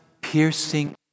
piercing